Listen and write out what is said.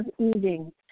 eating